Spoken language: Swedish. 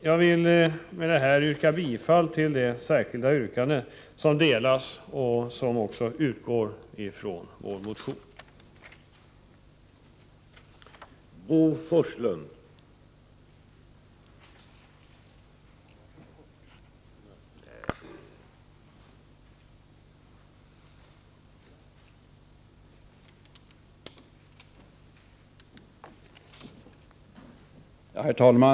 Jag vill yrka bifall till det i kammaren utdelade yrkandet, som lyder: dels som sin mening ger regeringen till känna att energiskatten på gasol för annat ändamål än motordrift eller stadsgasframställning inte bör uppgå till ett högre belopp än som motsvarar en fjärdedel av skatten på olja per energienhet.